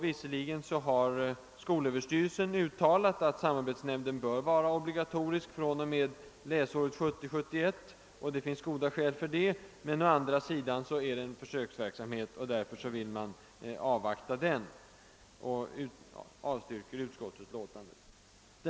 Visserligen har skolöverstyrelsen uttalat att samarbetsnämnd bör vara obligatorisk från och med skolåret 1970/71, för vilket det enligt utskottets mening finns goda skäl, men å andra sidan pågår en försöksverksamhet som man vill avvakta. Utskottet avstyrker därför förslaget.